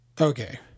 okay